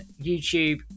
YouTube